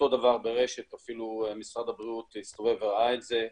אותו דבר ברש"ת אפילו משרד הבריאות ראה את זה.